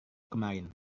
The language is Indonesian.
kemarin